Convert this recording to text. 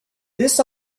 this